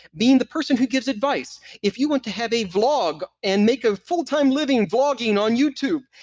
being the person who gives advice if you want to have a vlog and make a full-time living vlogging on youtube,